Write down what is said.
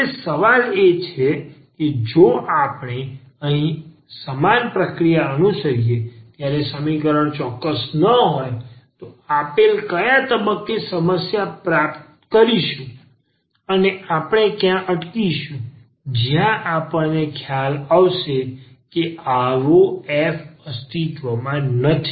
હવે સવાલ એ છે કે જો આપણે અહીં સમાન પ્રક્રિયા અનુસરીએ ત્યારે સમીકરણ ચોક્કસ ન હોય તો આપણે કયા તબક્કે સમસ્યા પ્રાપ્ત કરીશું અથવા આપણે ક્યાં અટકીશું જ્યાં આપણને ખ્યાલ આવશે કે આવો f અસ્તિત્વમાં નથી